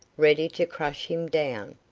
ready to crush him down.